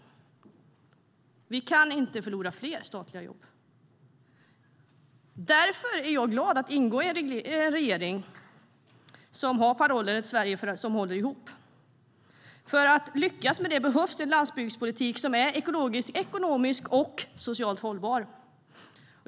Sverige kan inte förlora fler statliga jobb. Därför är jag glad att ingå i en regering som har parollen att Sverige ska hålla ihop. För att lyckas med detta behövs en landsbygdspolitik som är ekologiskt, ekonomiskt och socialt hållbar.